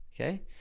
okay